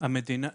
בוודאי שכן.